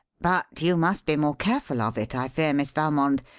but you must be more careful of it, i fear, miss valmond.